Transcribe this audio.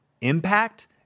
impact